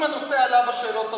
אם הנושא עלה בשאלות הנוספות: